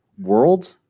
world